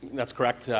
that's correct.